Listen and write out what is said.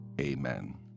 Amen